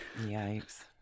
Yikes